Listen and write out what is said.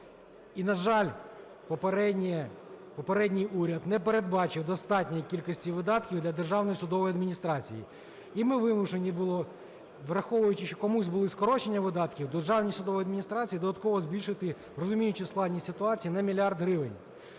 і, на жаль, попередній уряд не передбачив достатньої кількості видатків для Державної судової адміністрації і ми вимушені були, враховуючи, що комусь були скорочені видатки, Державній судовій адміністрації додатково збільшити, розуміючи складність ситуації, на 1 мільярд гривень.